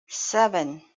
seven